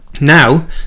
Now